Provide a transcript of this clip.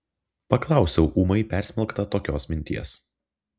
paklausiau ūmai persmelkta tokios minties